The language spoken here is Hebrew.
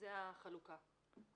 זו החלוקה.